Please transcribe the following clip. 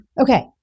Okay